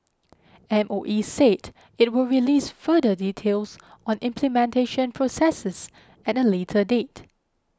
M O E said it will release further details on implementation processes at a later date